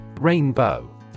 Rainbow